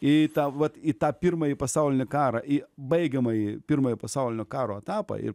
į tą vat į tą pirmąjį pasaulinį karą į baigiamąjį pirmojo pasaulinio karo etapą ir